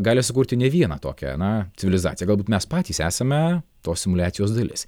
gali sukurti ne vieną tokią na civilizaciją galbūt mes patys esame tos simuliacijos dalis